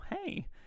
hey